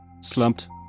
Slumped